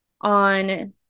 on